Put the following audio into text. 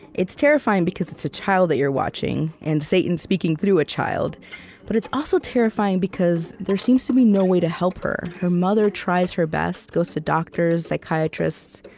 it's terrifying because it's a child that you're watching and satan speaking through a child but it's also terrifying because there seems to be no way to help her. her mother tries her best, goes to doctors, psychiatrists,